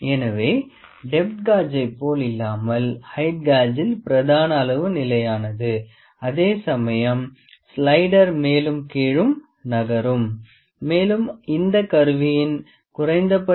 எனவே டெப்த் காஜை போல இல்லாமல் ஹெயிட் காஜில் பிரதான அளவு நிலையானது அதே சமயம் ஸ்லைடர் மேலும் கீழும் நகரும் மேலும் இந்த கருவியின் குறைந்தபட்ச எண்ணிக்கை 0